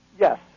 Yes